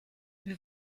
wir